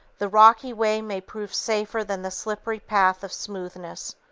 the rocky way may prove safer than the slippery path of smoothness.